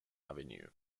avenue